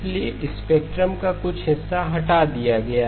इसलिए स्पेक्ट्रम का कुछ हिस्सा हटा दिया गया